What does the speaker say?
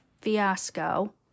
fiasco